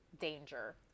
danger